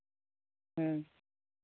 ᱦᱮᱸ